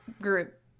group